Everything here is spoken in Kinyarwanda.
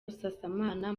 busasamana